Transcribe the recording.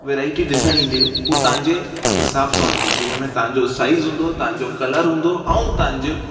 variety ॾिसणु ईंदियूं हू तव्हां जे हिसाब सां हूंदी जिन में तव्हां जो साइज हूंदो तव्हां जो कलर हूंदो ऐं तव्हां जे